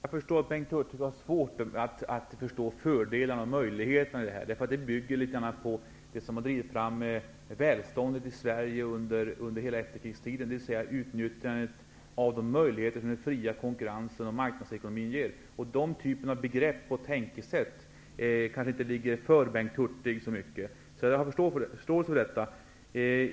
Herr talman! Jag förstår att Bengt Hurtig har svårt att förstå fördelarna och möjligheterna i detta. Det bygger litet grand på det som har drivit fram välståndet i Sverige under hela efterkrigstiden, dvs. utnyttjandet av de möjligheter som den fria konkurrensen och marknadsekonomin ger. Dessa typer av begrepp och tankesätt ligger kanske inte så mycket för Bengt Hurtig. Jag har förståelse för detta.